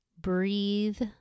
breathe